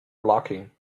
blocking